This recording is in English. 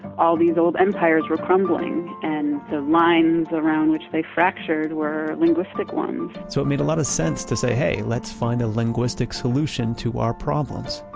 all these old empires were crumbling. and the lines around which they fractured were linguistic ones so it made a lot of sense to say hey, let's find a linguistic solution to our problems.